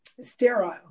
sterile